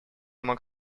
мог